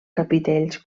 capitells